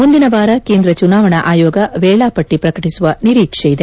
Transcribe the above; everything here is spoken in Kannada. ಮುಂದಿನ ವಾರ ಕೇಂದ್ರ ಚುನಾವಣಾ ಆಯೋಗ ವೇಳಾಪಟ್ಟಿ ಪ್ರಕಟಿಸುವ ನಿರೀಕ್ಷೆ ಇದೆ